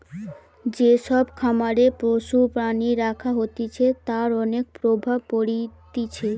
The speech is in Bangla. যে সব খামারে পশু প্রাণী রাখা হতিছে তার অনেক প্রভাব পড়তিছে